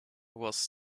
was